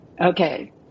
Okay